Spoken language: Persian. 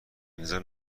انتظار